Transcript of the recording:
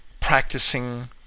practicing